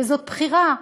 וזאת בחירה,